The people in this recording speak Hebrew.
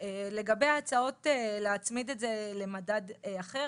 לגבי הצעות להצמיד את זה למדד אחר,